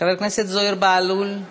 חבר הכנסת זוהיר בהלול.